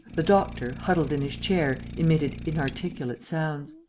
the doctor, huddled in his chair, emitted inarticulate sounds.